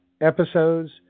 episodes